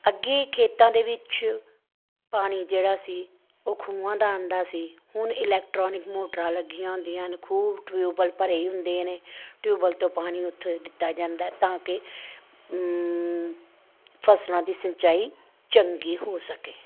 ਅੱਗੇ ਖੇਤਾਂ ਦੇ ਵਿੱਚ ਪਾਣੀ ਜਿਹੜਾ ਸੀ ਉਹ ਖੂਹਾਂ ਦਾ ਆਉਂਦਾ ਸੀ ਹੁਣ ਇਲੈਕਟ੍ਰੋਨਿਕ ਮੋਟਰਾਂ ਲੱਗੀਆਂ ਹੁੰਦੀਆਂ ਨੇ ਖੂਹ ਟਿਊਬਵੈਲ ਭਰੇ ਹੀ ਹੁੰਦੇ ਹਨ ਟਿਊਬਵੈਲ ਤੋਂ ਪਾਣੀ ਉੱਥੋਂ ਹੀ ਦਿੱਤਾ ਜਾਂਦਾ ਤਾਂ ਕਿ ਫ਼ਸਲਾਂ ਦੀ ਸਿੰਚਾਈ ਚੰਗੀ ਹੋ ਸਕੇ